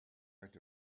out